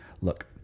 look